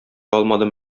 алмадым